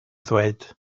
ddweud